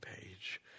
page